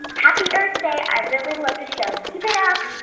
happy earth day. i really love the show. keep it up